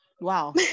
Wow